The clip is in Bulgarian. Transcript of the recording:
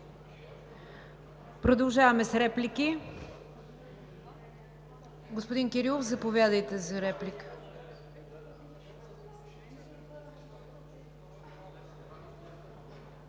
Продължаваме с реплики. Господин Кирилов, заповядайте за реплика.